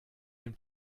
dem